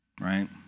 right